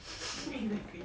exactly